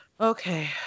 Okay